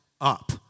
up